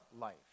life